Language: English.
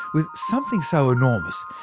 with something so enormous,